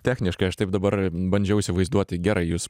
techniškai aš taip dabar bandžiau įsivaizduoti gerai jūs